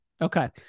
okay